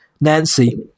Nancy